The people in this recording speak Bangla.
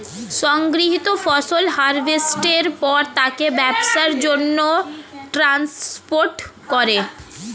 সংগৃহীত ফসল হারভেস্টের পর তাকে ব্যবসার জন্যে ট্রান্সপোর্ট করে